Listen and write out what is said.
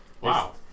Wow